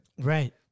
Right